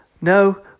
No